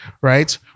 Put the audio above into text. right